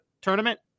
tournament